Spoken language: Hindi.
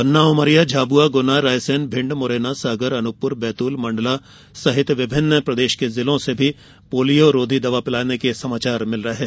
पन्ना उमरिया झाबुआगुना रायसेनभिण्ड मुरैना सागर अनूपपुर बैतूल मंडला सहित विभिन्न जिलों से भी पोलियोरोधी दवा पिलाने के समाचार मिले हैं